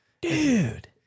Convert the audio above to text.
Dude